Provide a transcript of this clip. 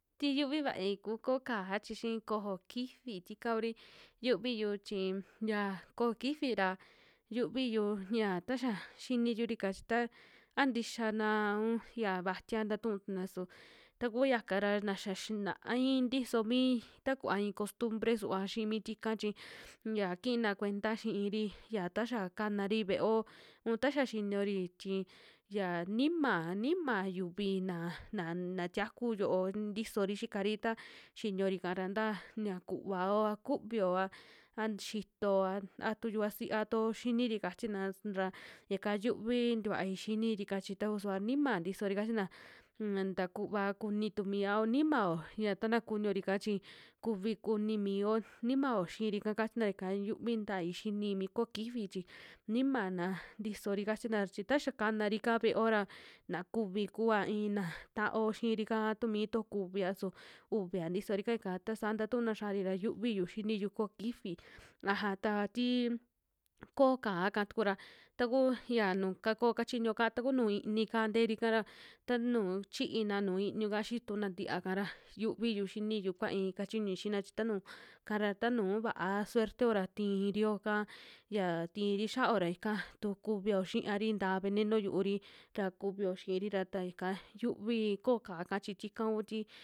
Ti yuvi vaai ku koo ka'á chi xii kojo kifi tika kuri yuviyu chi ya kojo kifi ra yuviyu ya taxa xini yurika chita a ntixiana un ya vatiia tatuna su taku yaka'ra, na xa xina'ai tiso mi takua i'i costumbre suva xii mitika chi ya kina kuenta xi'iri ya taxa kanari ve'eo un taxa xiniori, chi ya nima, nima yuvi naa na tiaku yo'o tisori xikari ta xiniori'ka ra ta xaa kuvao a kuvio, a xitoa a tu yuvasiatuo xiniri kachina sra ika yuvii vai xiniiri'ka chi taku suva nima tisori kachina, un ta kuva kuni tu miao nimao ya tana kuniori ika chi, kuvi kunioo nimao xiiri'ka kachina yaka yuvi ntai xini mi kojo kifi chi nimana ntisori kachina ra, chi taxa kanari'ka ve'eo ra na kuvi kua ina taao xiiti'ka, tu miito kuvia su uvia ntisori kayaka tasaa ntauna xiari ra xiuviyu xinuyu koj kifi, aja ta tii kojo ka'á ka tukura tuku yaa nu kakuo kachiñuo ka takunu i'ika nteri'ka ra ta nuu chiina, nuu iñuka xituna ntiiya'ka ra xiuviyu xiniyu kuai kachiñui xiina chi tanu kara, tanuu vaá suerteo ra tiirio ka, ya tiiri xia'ao ra ika tu kuvio xiiari nta veneno yu'uri ta kuvio xi'iri ra ta ika yuvii kojo kaá'ka chi tika kuti.